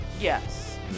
Yes